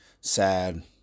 sad